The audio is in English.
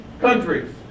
Countries